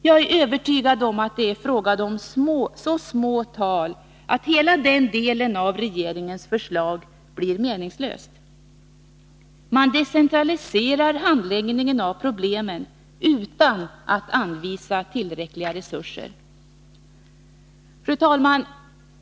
Jag är övertygad om att det är fråga om så små tal att hela den delen av regeringens förslag blir meningslöst. Man decentraliserar handläggningen av problemen utan att anvisa tillräckliga resurser. Fru talman!